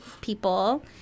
people